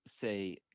say